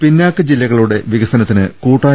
പിന്നാക്ക ജില്ലകളുടെ വികസനത്തിന് കൂട്ടായ